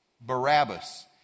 Barabbas